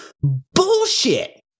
bullshit